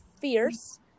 fierce